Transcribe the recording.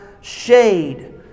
shade